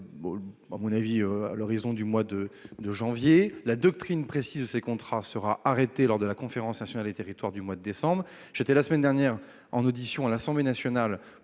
arrêtée à horizon du mois de janvier. La doctrine précise de ces contrats sera fixée lors de la Conférence nationale des territoires du mois de décembre. J'ai été auditionné la semaine dernière à l'Assemblée nationale